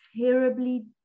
terribly